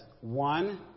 One